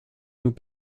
nous